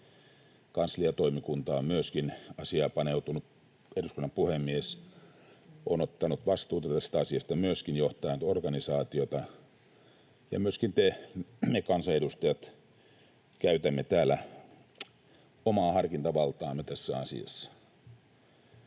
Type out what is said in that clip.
kansliatoimikunta on asiaan paneutunut. Eduskunnan puhemies on myöskin ottanut vastuuta tästä asiasta johtaen organisaatiota, ja myöskin me kansanedustajat käytämme täällä omaa harkintavaltaamme tässä asiassa.